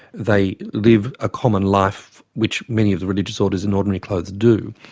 they live a common life which many of the religious orders in ordinary clothes do,